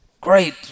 great